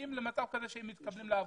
מגיעים למצב שהם מתקבלים לעבודה.